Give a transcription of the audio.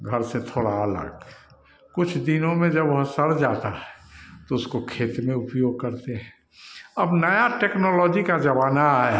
घर से थोड़ा अलग कुछ दिनों में जब वह सड़ जाता है तो उसको खेत में उपयोग करते हैं अब नई टेक्नोलॉजी का ज़माना आया